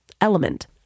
Element